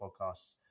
Podcasts